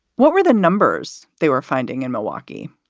what were the numbers they were finding in milwaukee?